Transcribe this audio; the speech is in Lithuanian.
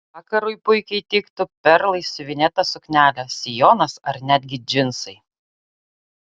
vakarui puikiai tiktų perlais siuvinėta suknelė sijonas ar netgi džinsai